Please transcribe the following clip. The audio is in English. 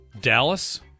Dallas